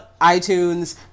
iTunes